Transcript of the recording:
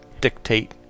dictate